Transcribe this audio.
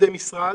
עובדי משרד.